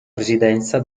presidenza